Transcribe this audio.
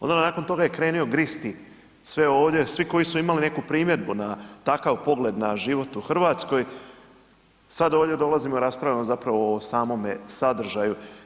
Onda nakon toga je krenuo gristi sve ovdje, svi koji su imali neku primjedbu na takav pogled na život u Hrvatskoj, sad ovdje dolazimo i raspravljamo zapravo o samome sadržaju.